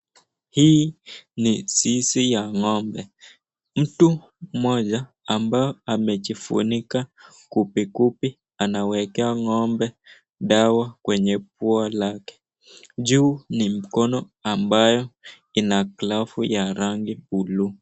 Hii ni zizi ya ngo'mbe mtu moja ambaye amejifunika kupi kupi anawekea ngo'mbe dawa kwenye pua lake juu ni mkono ambayo ina glovu ya blue .